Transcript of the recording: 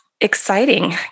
Exciting